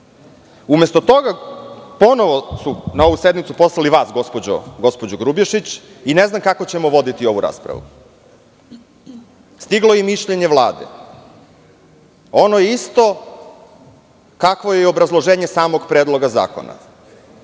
toga, ponovo ste na ovu sednicu poslali vas gospođo Grubješić i ne znam kako ćemo voditi ovu raspravu. Stiglo je mišljenje Vlade, ono je isto kakvo je i obrazloženje samog predloga zakona,